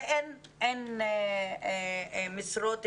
ואין משרות פנויות.